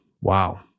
wow